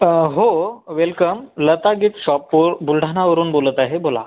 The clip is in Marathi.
हो वेलकम लता गिफ्ट शॉप बुलढाणावरून बोलत आहे बोला